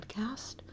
podcast